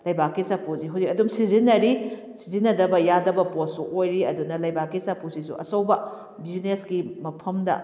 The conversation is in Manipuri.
ꯂꯩꯕꯥꯛꯀꯤ ꯆꯥꯐꯨꯁꯤ ꯍꯧꯖꯤꯛ ꯑꯗꯨꯝ ꯁꯤꯖꯤꯟꯅꯔꯤ ꯁꯤꯖꯤꯟꯅꯗꯕ ꯌꯥꯗꯕ ꯄꯣꯠꯁꯨ ꯑꯣꯏꯔꯤ ꯑꯗꯨꯅ ꯂꯩꯕꯥꯛꯀꯤ ꯆꯥꯐꯨꯁꯤꯁꯨ ꯑꯆꯧꯕ ꯕꯤꯖꯤꯅꯦꯁꯀꯤ ꯃꯐꯝꯗ